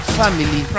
family